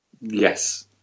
Yes